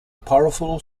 powerful